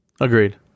Agreed